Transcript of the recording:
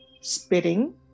spitting